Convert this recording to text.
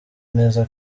neza